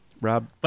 Rob